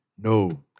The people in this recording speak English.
No